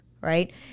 right